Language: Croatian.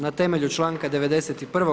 Na temelju članka 91.